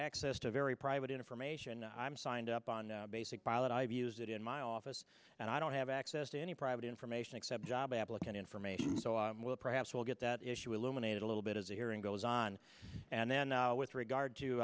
access to very private information and i'm signed up on basic pilot i've used it in my office and i don't have access to any private information except job applicant information so i will perhaps we'll get that issue illuminated a little bit as the hearing goes on and then with regard to